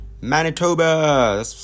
Manitoba